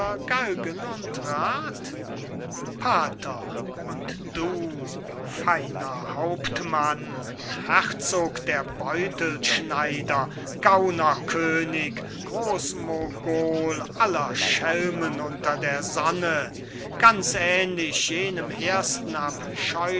pater und du feiner hauptmann herzog der beutelschneider gauner könig gros mogol aller schelmen unter der sonne ganz ähnlich jenem ersten